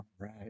Right